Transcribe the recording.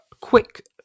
quick